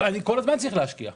אני כל הזמן צריך להשקיע.